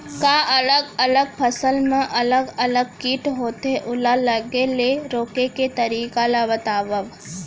का अलग अलग फसल मा अलग अलग किट होथे, ओला लगे ले रोके के तरीका ला बतावव?